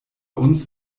uns